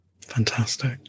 fantastic